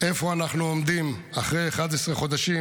איפה אנחנו עומדים אחרי 11 חודשים,